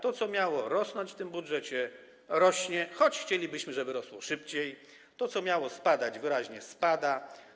To, co miało rosnąć w tym budżecie, rośnie, choć chcielibyśmy, żeby rosło szybciej, to, co miało spadać, wyraźnie spada.